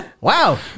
Wow